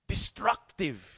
Destructive